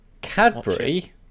Cadbury